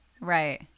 Right